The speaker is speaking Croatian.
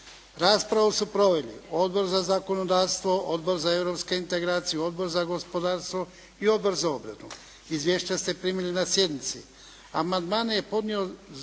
Raspravu su proveli Odbor za zakonodavstvo, Odbor za europske integracije, Odbor za gospodarstvo i Odbor za obranu. Izvješća ste primili na sjednici.